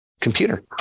computer